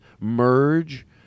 merge